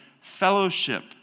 fellowship